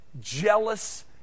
jealous